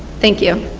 thank you.